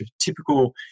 typical